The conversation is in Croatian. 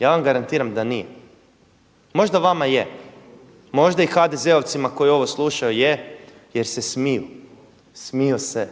Ja vam garantiram da nije. Možda vama je, možda i HDZ-ovcima koji ovo slušaju je jer se smiju, smiju se